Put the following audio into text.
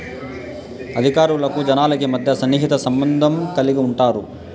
అధికారులకు జనాలకి మధ్య సన్నిహిత సంబంధం కలిగి ఉంటారు